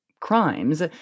crimes